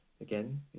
again